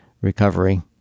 recovery